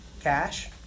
Cash